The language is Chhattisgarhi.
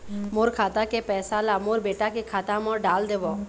मोर खाता के पैसा ला मोर बेटा के खाता मा डाल देव?